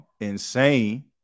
insane